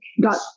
got